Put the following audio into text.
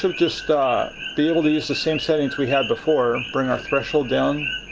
so just be able to use the same settings we had before. bring our threshold down,